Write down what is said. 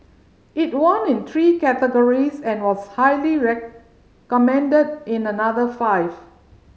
it won in three categories and was highly recommended in another five